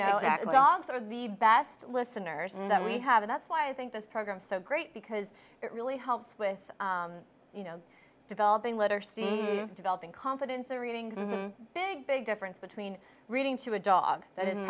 know that dogs are the best listeners and that we have that's why i think this program so great because it really helps with you know developing letter c developing confidence or reading big big difference between reading to a dog that isn't